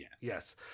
Yes